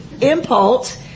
impulse